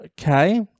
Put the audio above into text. okay